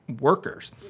workers